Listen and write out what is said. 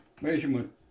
Measurement